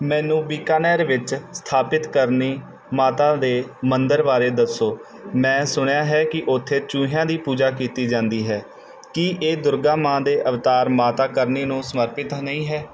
ਮੈਨੂੰ ਬੀਕਾਨੇਰ ਵਿੱਚ ਸਥਾਪਿਤ ਕਰਨੀ ਮਾਤਾ ਦੇ ਮੰਦਰ ਬਾਰੇ ਦੱਸੋ ਮੈਂ ਸੁਣਿਆ ਹੈ ਕਿ ਉੱਥੇ ਚੂਹਿਆਂ ਦੀ ਪੂਜਾ ਕੀਤੀ ਜਾਂਦੀ ਹੈ ਕੀ ਇਹ ਦੁਰਗਾ ਮਾਂ ਦੇ ਅਵਤਾਰ ਮਾਤਾ ਕਰਨੀ ਨੂੰ ਸਮਰਪਿਤ ਤਾਂ ਨਹੀਂ ਹੈ